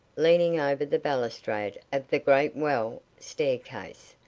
leaning over the balustrade of the great well staircase,